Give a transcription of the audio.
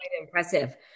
impressive